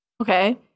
Okay